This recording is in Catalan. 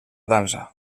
dansa